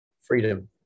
Freedom